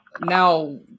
now